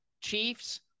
Chiefs